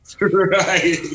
Right